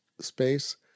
space